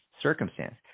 circumstance